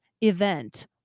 event